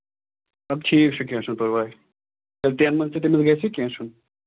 اَدٕ ٹھیٖک چھُ کیٚنہہ چھُنہٕ پَرواے ییٚلہِ تَمۍ منٛز تہِ تٔمِس گژھِ کیٚنہہ چھُنہٕ